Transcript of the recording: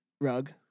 rug